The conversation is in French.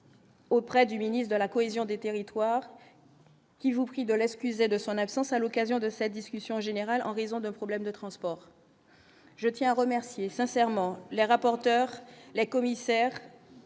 Auprès du ministre de la cohésion des territoires qui vous prie de l'excuser de son absence à l'occasion de sa discussion générale en raison de problèmes de transport, je tiens à remercier sincèrement les rapporteurs, les commissaires